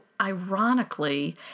ironically